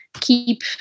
keep